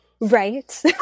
Right